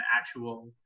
actual